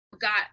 got